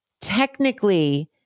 technically